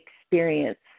experience